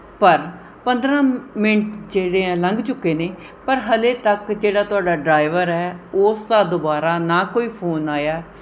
ਪਰ ਪੰਦਰ੍ਹਾਂ ਮਿੰਟ ਜਿਹੜੇ ਐਂ ਲੰਘ ਚੁੱਕੇ ਨੇ ਪਰ ਹਾਲੇ ਤੱਕ ਜਿਹੜਾ ਤੁਹਾਡਾ ਡਰਾਈਵਰ ਹੈ ਓਸ ਦਾ ਦੁਬਾਰਾ ਨਾ ਕੋਈ ਫ਼ੋਨ ਆਇਆ